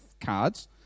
cards